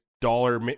dollar